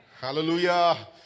hallelujah